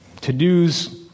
To-dos